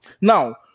Now